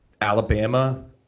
Alabama